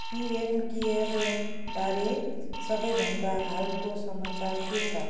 PM केयरबारे सबैभन्दा हालको समाचार के छ